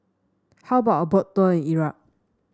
how about a Boat Tour Iraq